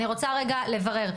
אני רוצה רגע לברר,